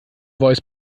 voice